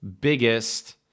biggest